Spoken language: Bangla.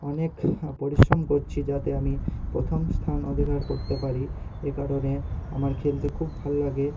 অনেক পরিশ্রম করছি যাতে আমি প্রথম স্থান অধিকার করতে পারি এ কারণে আমার খেলতে খুব ভালো লাগে